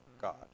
God